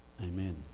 Amen